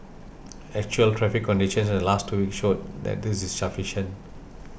actual traffic conditions in the last two weeks showed that this is sufficient